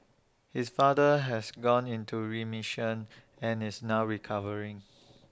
his father has gone into remission and is now recovering